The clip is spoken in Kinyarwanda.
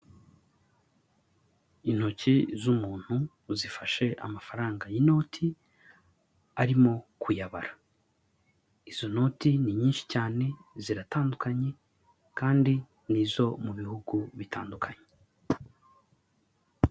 Intoki z'umuntu zifashe amafaranga y'inoti arimo kuyabara, izo noti ni nyinshi cyane ziratandukanye kandi n'izo mu bihugu bitandukanye.